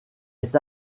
est